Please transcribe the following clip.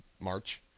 March